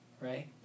right